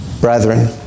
brethren